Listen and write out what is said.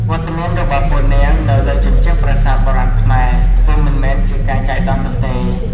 វត្តមានរបស់ពួកនាងនៅលើជញ្ជាំងប្រាសាទបុរាណខ្មែរ គឺមិនមែនជាការចៃដន្យនោះទេ។